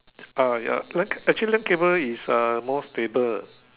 ah ya actually land cable is more stable